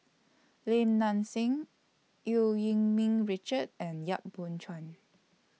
Lim Nang Seng EU Yee Ming Richard and Yap Boon Chuan